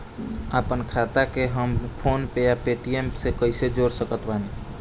आपनखाता के हम फोनपे आउर पेटीएम से कैसे जोड़ सकत बानी?